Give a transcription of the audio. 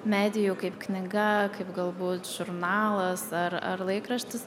medijų kaip knyga kaip galbūt žurnalas ar ar laikraštis